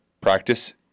practice